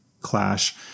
clash